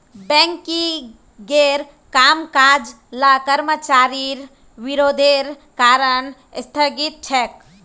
बैंकिंगेर कामकाज ला कर्मचारिर विरोधेर कारण स्थगित छेक